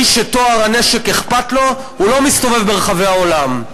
מי שטוהר הנשק אכפת לו, לא מסתובב ברחבי העולם.